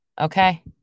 Okay